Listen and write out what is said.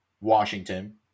Washington